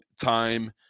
time